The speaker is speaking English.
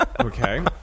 Okay